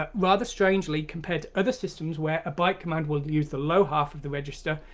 ah rather strangely compared to other systems, where a byte command will use the low half of the register,